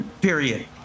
period